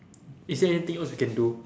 is there anything else we can do